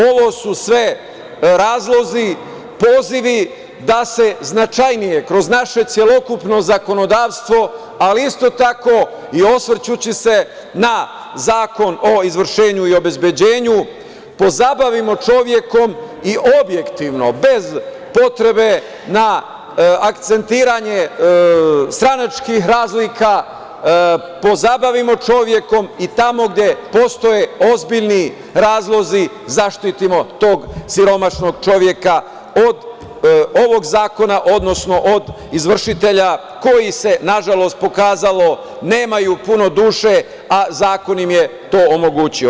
Ovo su sve razlozi, pozivi da se značajnije, kroz naše celokupno zakonodavstvo, ali isto tako i osvrćući se na Zakon o izvršenju i obezbeđenju, pozabavimo čovekom i objektivno, bez potrebe na akcentovanje stranačkih razlika, pozabavimo čovekom i tamo gde postoje ozbiljni razlozi zaštitimo tog siromašnog čoveka od ovog zakona, odnosno od izvršitelja koji se nažalost pokazalo da nemaju puno dušu, a zakon im je to omogućio.